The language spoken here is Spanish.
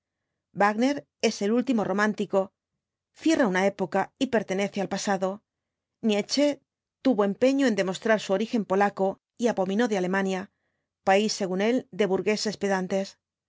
wágner es el último romántico cierra una época y per tenece al pasado nietzsche tuvo empeño en demostrar su origen polaco y abominó de alemania país según él de burgueses pedantes